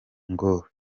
ngo